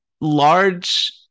large